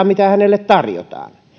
mitä hänelle tarjotaan